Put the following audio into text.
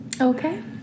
Okay